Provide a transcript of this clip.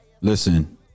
Listen